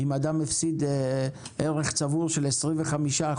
אם אדם הפסיד ערך צבור של 25%,